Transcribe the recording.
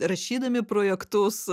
rašydami projektus